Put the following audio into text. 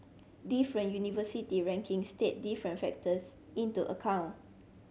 different university rankings take different factors into account